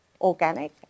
organic